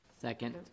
Second